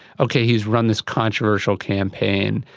okay, he has run this controversial campaign,